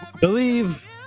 believe